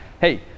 hey